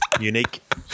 Unique